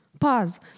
pause